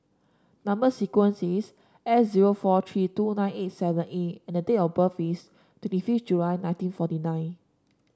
number sequence is S zero four three two nine eight seven A and the date of birth is twenty fifth July nineteen forty nine